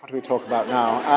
we talk about now?